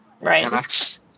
Right